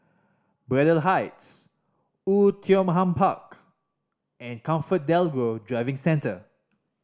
Braddell Heights Oei Tiong Ham Park and ComfortDelGro Driving Centre